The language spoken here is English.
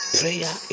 prayer